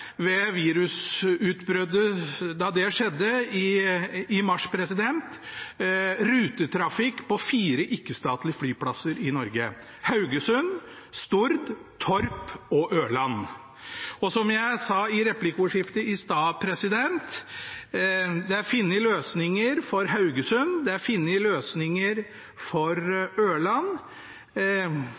det, da virusutbruddet kom i mars, rutetrafikk på fire ikke-statlige flyplasser i Norge: Haugesund, Stord, Torp og Ørland. Som jeg sa i replikkordskiftet i sted, er det funnet løsninger for Haugesund